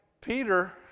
Peter